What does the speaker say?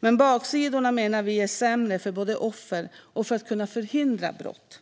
Men baksidorna menar vi är sämre för både offer och för att kunna förhindra brott.